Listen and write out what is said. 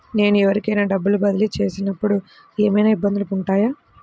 నేను ఎవరికైనా డబ్బులు బదిలీ చేస్తునపుడు ఏమయినా ఇబ్బందులు వుంటాయా?